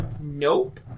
Nope